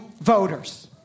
voters